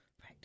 Right